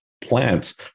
plants